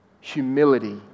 humility